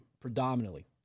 predominantly